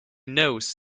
knows